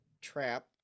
Trap